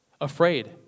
Afraid